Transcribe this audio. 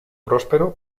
próspero